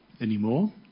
anymore